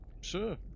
Sure